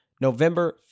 November